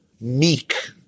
meek